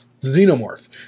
Xenomorph